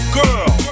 girl